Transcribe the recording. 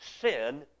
Sin